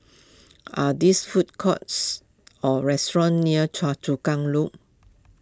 are there food courts or restaurants near Choa Chu Kang Loop